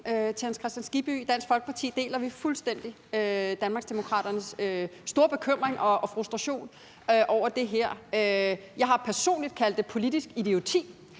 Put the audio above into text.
hr. Hans Kristian Skibby for talen. I Dansk Folkeparti deler vi fuldstændig Danmarksdemokraternes store bekymring og frustration over det her. Jeg har personligt kaldt det politisk idioti,